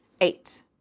Eight